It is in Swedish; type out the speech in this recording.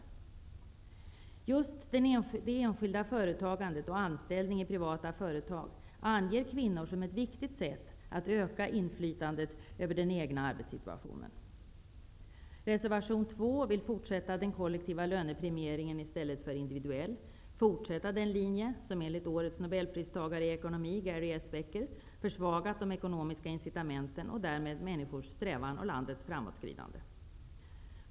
Kvinnor anger just det enskilda företagandet och anställning i privata företag som viktiga för att kunna öka inflytandet över den egna arbetssituationen. Reservation 2 vill fortsätta med kollektiv lönepremiering i stället för individuell. Man vill fortsätta på den linje som enligt årets nobelpristagare i ekonomi, Gary S. Becker, försvagat de ekonomiska incitamenten och därmed människors strävan och landets framåtskridande.